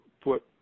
put